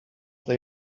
they